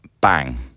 bang